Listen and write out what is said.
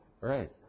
right